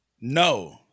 No